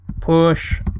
Push